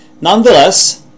Nonetheless